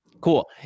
Cool